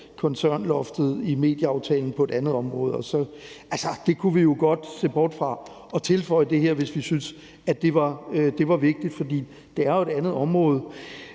koncernloftet i medieaftalen på et andet område; altså, det kunne vi jo godt se bort fra og tilføje det her, hvis vi synes det var vigtigt, for det er jo et andet område.